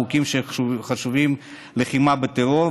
חוקים שחשובים ללחימה בטרור,